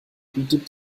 bietet